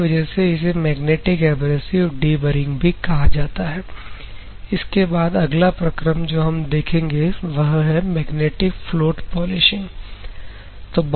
इसी वजह से इसे मैग्नेटिक एब्रेसिव डीबरिंग भी कहा जाता है इसके बाद अगला प्रक्रम जो हम देखेंगे वह मैग्नेटिक फ्लोट पॉलिशिंग